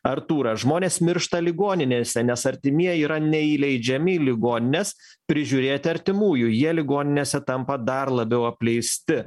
artūras žmonės miršta ligoninėse nes artimieji yra neįleidžiami į ligonines prižiūrėti artimųjų jie ligoninėse tampa dar labiau apleisti